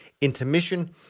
intermission